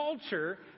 culture